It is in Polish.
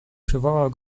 przywołał